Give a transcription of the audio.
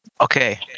Okay